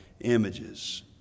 images